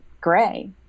gray